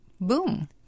boom